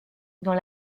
dans